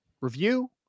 review